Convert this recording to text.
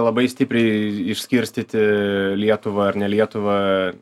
labai stipriai išskirstyti lietuvą ar ne lietuvą